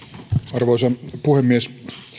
arvoisa puhemies